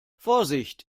vorsicht